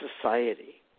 society